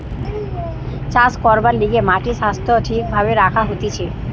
চাষ করবার লিগে মাটির স্বাস্থ্য ঠিক ভাবে রাখা হতিছে